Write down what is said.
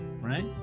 right